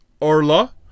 Orla